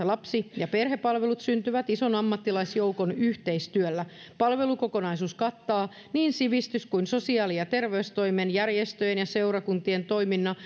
lapsi ja perhepalvelut syntyvät ison ammattilaisjoukon yhteistyöllä palvelukokonaisuus kattaa niin sivistys kuin sosiaali ja terveystoimen järjestöjen ja seurakuntien toiminnan